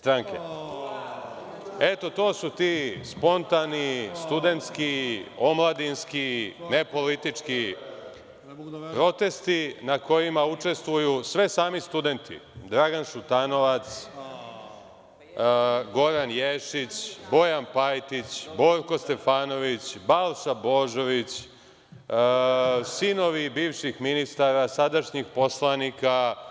To su ti spontani, studentski, omladinski, nepolitički, protesti na kojima učestvuju sve sami studenti: Dragan Šutanovac, Goran Ješić, Bojan Pajtić, Borko Stefanović, Balša Božović, sinovi bivših ministara, sadašnjih poslanika.